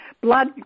blood